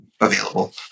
available